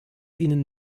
ihnen